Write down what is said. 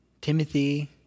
Timothy